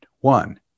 One